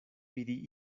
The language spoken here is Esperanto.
vidi